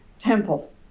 temple